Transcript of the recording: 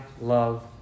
love